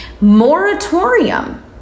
Moratorium